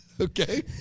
Okay